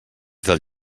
del